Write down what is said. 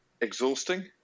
Exhausting